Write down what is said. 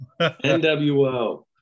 NWO